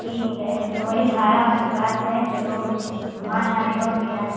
ठीक है तो वही भाड़ा वाली बात है चलो घुमा लाएँ और क्या